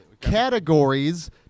categories